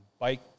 Bike